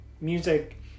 music